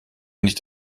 nicht